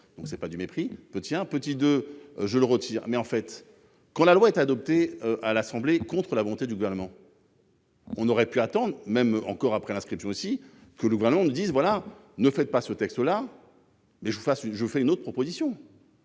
donc c'est pas du mépris peu tiens petite de je le retire mais en fait quand la loi est adoptée à l'Assemblée contre la montée du gouvernement. On aurait pu attendre même encore après l'inscription aussi que le gouvernement ne dise voilà, ne faites pas ce texte là. Mais je vous fasse une, je fais une autre proposition.